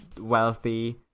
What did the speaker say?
wealthy